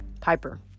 Piper